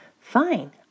Fine